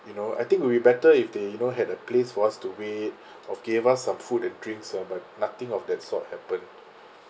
you know I think would be better if they you know had a place for us to wait or gave us some food and drinks ah but nothing of that sort happened